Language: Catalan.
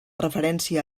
referència